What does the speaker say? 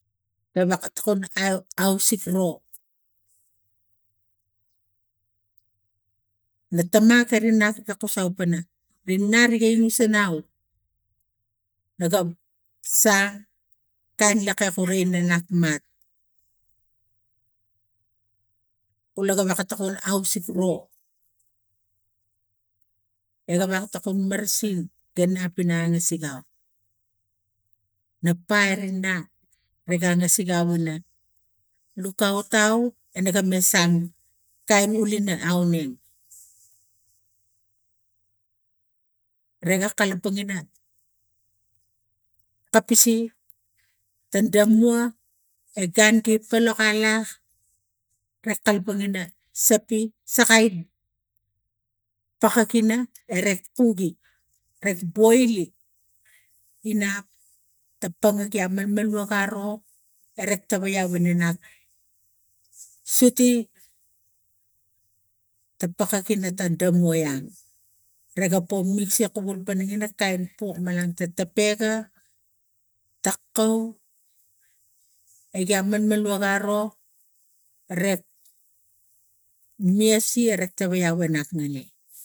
Gewe ga tokon na ausik ro na tomak gari nap no kusai pana rina gire uris au na ga sang nak mat u gewek ga tokon na ausik ro e gewek ga tokon marasin ga nap ina angasik au na pai mat riga ga angasik au una lukaut au ra ga measan kain ulina auning riga kabang pina kapisi tang dang mug a gun gik kolo ala re kalapang ina sopi sakai pakuk ina erek kugi tawai avina na nat suti ta pakak ina ta domaian rega po misiat ta kuwul ina pa kain pok malang ta pega ta kau egia malmal waga ro nek niasi tawai awe nak nani